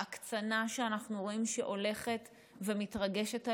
בהקצנה שאנחנו רואים שהולכת ומתרגשת עלינו.